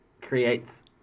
creates –